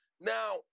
Now